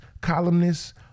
columnists